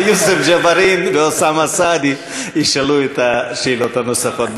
יוסף ג'בארין ואוסאמה סעדי ישאלו את השאלות הנוספות.